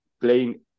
playing